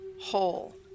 whole